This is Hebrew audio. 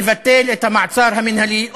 לבטל את המעצר המינהלי,